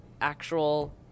actual